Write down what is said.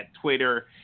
Twitter